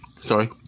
Sorry